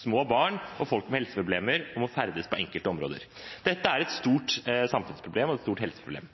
små barn og folk med helseproblemer mot å ferdes på enkelte områder. Dette er et stort samfunnsproblem og et stort helseproblem.